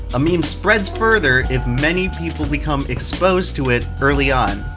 a meme spreads further, if many people become exposed to it early on.